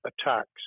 attacks